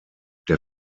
der